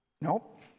Nope